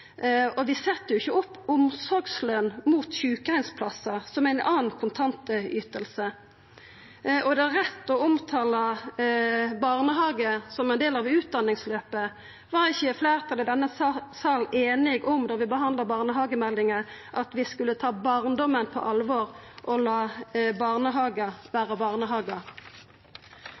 eittåringane. Vi set jo ikkje omsorgsløn opp mot sjukeheimsplassar, som er ei anna kontantyting. Og er det rett å omtala barnehage som ein del av utdanningsløpet? Var ikkje fleirtalet i denne salen einige om da vi behandla barnehagemeldinga, at vi skulle ta barndomen på alvor og la barnehagar